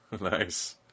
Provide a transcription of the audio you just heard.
Nice